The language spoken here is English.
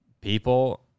people